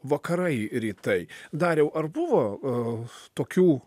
vakarai rytai dariau ar buvo tokių